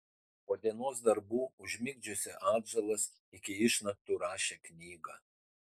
po dienos darbų užmigdžiusi atžalas iki išnaktų rašė knygą